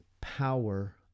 power